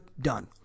Done